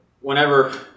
Whenever